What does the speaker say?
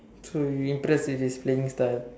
so you impressed with his playing style